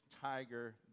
Tiger